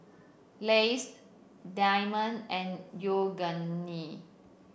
Lays Diamond and